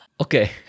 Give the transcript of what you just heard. Okay